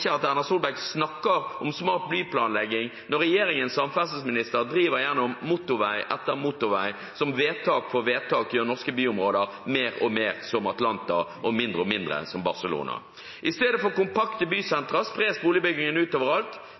at Erna Solberg snakker om smart byplanlegging når regjeringens samferdselsminister driver igjennom motorvei etter motorvei som vedtak for vedtak gjør norske byområder mer og mer som Atlanta og mindre og mindre som Barcelona. I stedet for kompakte bysentra spres boligbyggingen